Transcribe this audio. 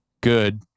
good